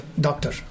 doctor